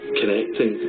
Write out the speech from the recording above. connecting